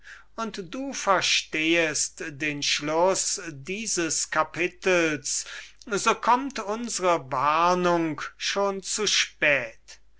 und du verstehest den schluß dieses kapitels so kömmt unsre warnung schon zu spät